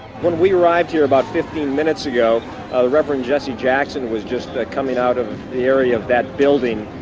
when we arrived here about fifteen minutes ago, the reverend jesse jackson was just coming out of the area of that building.